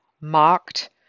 mocked